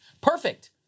Perfect